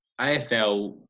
AFL